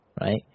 Right